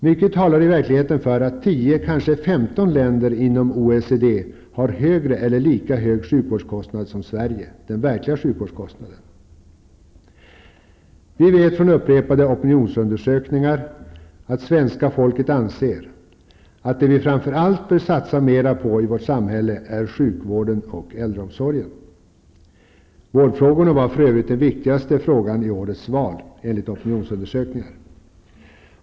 Mycket talar i verkligheten för att tio, kanske femton länder inom OECD har högre eller lika hög sjukvårdskostnad som Sverige, om man räknar den verkliga sjukvårdskostnaden. Vi vet från upprepade opinionsundersökningar att svenska folket anser att det vi framför allt bör satsa mera på i vårt samhälle är sjukvården och äldreomsorgen. Vårdfrågan var för övrigt den viktigaste frågan i det senaste valet, enligt opinionsundersökningar.